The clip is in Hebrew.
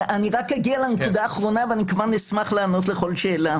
אני אגיע לנקודה האחרונה ואני כמובן אשמח לענות לכל שאלה,